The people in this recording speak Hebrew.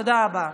תודה רבה.